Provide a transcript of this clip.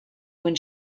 when